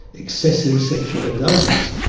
excessive sexual indulgence,